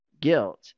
Guilt